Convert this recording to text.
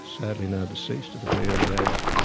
sadly now deceased at a very early age,